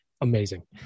Amazing